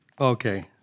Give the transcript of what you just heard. Okay